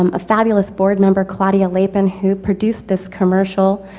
um a fabulous board member, claudia lapin, who produced this commercial.